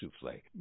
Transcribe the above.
souffle